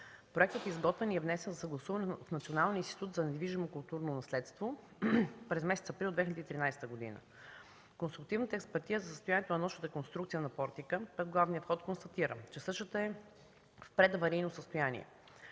Проектът е изготвен и внесен за съгласуване с Националния институт за недвижимото културно наследство през месец април 2013 г. Конструктивната експертиза за състоянието на носещата конструкция на портика пред главния вход констатира, че същата е в предаварийно състояние.